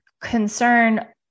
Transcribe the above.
concern